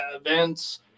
events